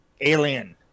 alien